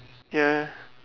ya